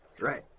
Right